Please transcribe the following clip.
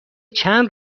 چند